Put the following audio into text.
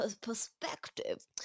perspective